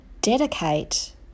dedicate